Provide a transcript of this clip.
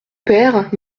père